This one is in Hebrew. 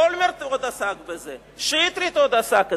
אולמרט עוד עסק בזה, שטרית עוד עסק בזה.